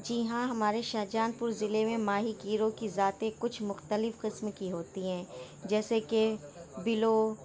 جی ہاں ہمارے شاہ جہانپور ضلع میں ماہی گیروں کی ذاتیں کچھ مختلف قسم کی ہوتی ہیں جیسے کہ بلو